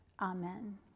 Amen